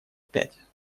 пять